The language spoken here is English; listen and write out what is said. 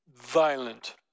violent